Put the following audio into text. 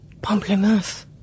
Pamplemousse